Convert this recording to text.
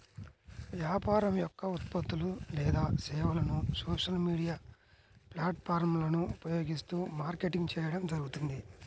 వ్యాపారం యొక్క ఉత్పత్తులు లేదా సేవలను సోషల్ మీడియా ప్లాట్ఫారమ్లను ఉపయోగిస్తూ మార్కెటింగ్ చేయడం జరుగుతుంది